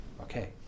Okay